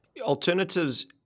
alternatives